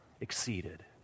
exceeded